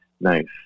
nice